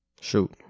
Shoot